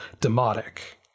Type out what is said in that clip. Demotic